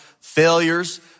failures